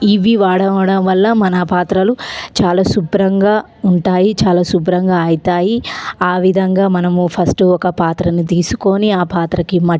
ఈ ఇవి వాడడం వల్ల మన పాత్రలు చాలా శుభ్రంగా ఉంటాయి చాలా శుభ్రంగా అవుతాయి ఆ విధంగా మనము ఫస్ట్ ఒక పాత్రని తీసుకుని ఆ పాత్రకి మట్టి